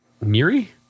Miri